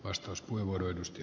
arvoisa puhemies